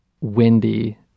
windy